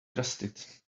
trusted